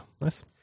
Nice